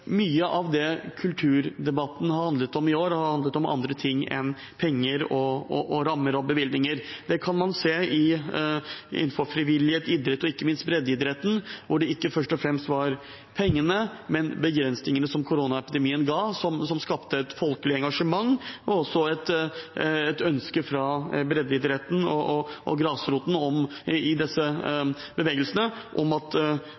Mye av det kulturdebatten har handlet om i år, har vært andre ting enn penger, rammer og bevilgninger. Det kan man se innenfor frivillighet, idrett og ikke minst breddeidretten, hvor det ikke først og fremst var pengene, men begrensningene koronaepidemien ga, som skapte et folkelig engasjement og også et ønske fra breddeidretten og grasroten i disse bevegelsene om at